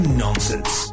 nonsense